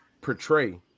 portray